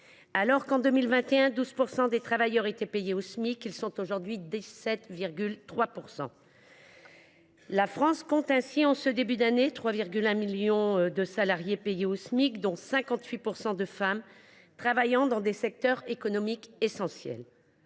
Alors qu’en 2021 12 % des travailleurs étaient payés au Smic, ils sont aujourd’hui 17,3 %. La France compte ainsi, en ce début d’année, 3,1 millions de salariés payés au Smic, 58 % d’entre eux étant des femmes travaillant dans des secteurs économiques essentiels.